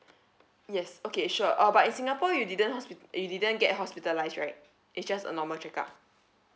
yes okay sure uh but in singapore you didn't hospi~ you didn't get hospitalised right it's just a normal check-up